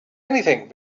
anything